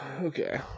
okay